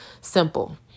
simple